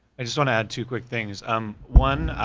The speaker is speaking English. i just wanna add two quick things. um one,